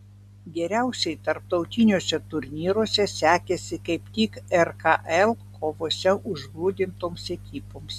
geriausiai tarptautiniuose turnyruose sekėsi kaip tik rkl kovose užgrūdintoms ekipoms